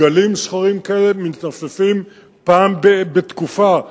דגלים שחורים כאלה מתנופפים פעם בתקופה,